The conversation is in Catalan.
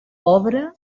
pobre